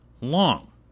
long